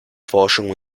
forschung